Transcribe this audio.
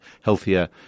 healthier